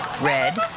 Red